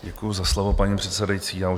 Děkuju za slovo, paní předsedající.